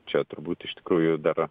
čia turbūt iš tikrųjų dar